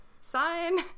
sign